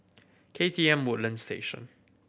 K T M Woodlands Station